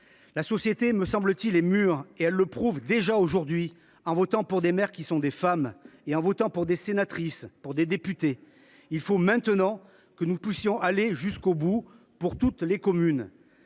La société, me semble t il, est mûre. Elle le prouve déjà aujourd’hui en votant pour des maires qui sont des femmes et en votant pour des sénatrices, pour des députées. Il faut maintenant que nous puissions aller au bout pour toutes les communes.